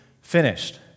finished